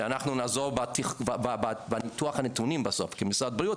שאנחנו נעזור בניתוח הנתונים בסוף כמשרד בריאות,